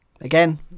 again